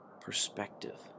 perspective